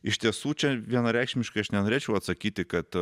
iš tiesų čia vienareikšmiškai aš nenorėčiau atsakyti kad